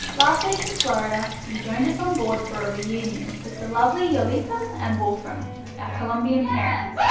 last week in florida, and you joined us on board for a reunion with the lovely julita and wolfram, our columbian parents.